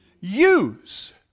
Use